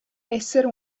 essere